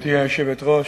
גברתי היושבת-ראש,